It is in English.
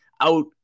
out